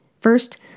First